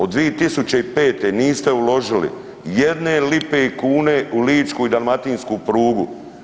Od 2005. niste uložili jedne lipe i kune u ličku i dalmatinsku prugu.